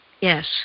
Yes